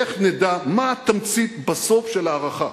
איך נדע מה התמצית בסוף של ההערכה?